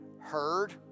heard